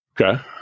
Okay